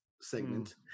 segment